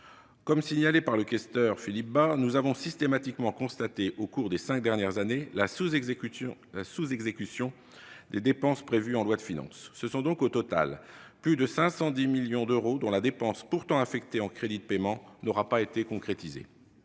Comme l'a souligné le questeur Philippe Bas, nous avons systématiquement constaté, au cours des cinq dernières années, une sous-exécution des dépenses prévues en loi de finances. Ce sont au total plus de 510 millions d'euros dont la dépense, pourtant affectée en crédits de paiement, n'aura pas été concrétisée.